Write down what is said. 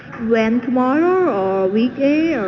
when? tomorrow, or a weekday, or.